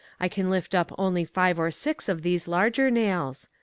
i can lift up only five or six of these larger nails.